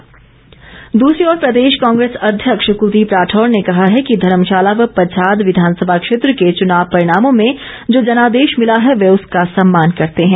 प्रतिक्रिया कांग्रे स दूसरी ओर प्रदेश कांग्रेस अध्यक्ष कुलदीप राठौर ने कहा है कि धर्मशाला व पच्छाद विधानसभा क्षेत्र के चुनाव परिणामों में जो जनादेश मिला है वे उसका सम्मान करते हैं